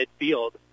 midfield